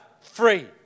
free